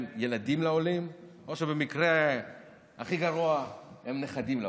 ילדים לעולים או שבמקרה הכי גרוע הם נכדים לעולים.